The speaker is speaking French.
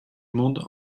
monde